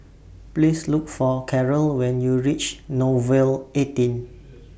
Please Look For Karel when YOU REACH Nouvel eighteen